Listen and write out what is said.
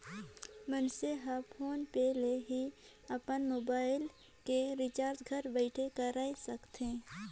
मइनसे हर PhonePe ले ही अपन मुबाइल के रिचार्ज घर बइठे कएर सकथे